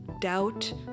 doubt